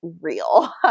real